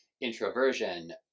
introversion